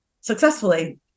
successfully